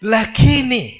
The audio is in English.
Lakini